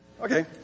Okay